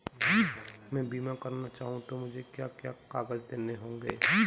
मैं बीमा करना चाहूं तो मुझे क्या क्या कागज़ देने होंगे?